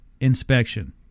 Inspection